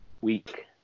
week